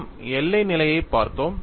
நாம் எல்லை நிலையைப் பார்த்தோம்